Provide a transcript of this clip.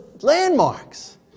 landmarks